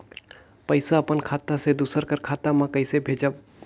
पइसा अपन खाता से दूसर कर खाता म कइसे भेजब?